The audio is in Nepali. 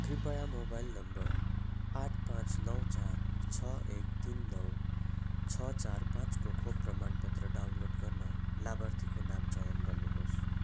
कृपया मोबाइल नम्बर आठ पाँच नौ चार छ एक तिन नौ छ चार पाँचको खोप प्रमाणपत्र डाउनलोड गर्न लाभार्थीको नाम चयन गर्नुहोस्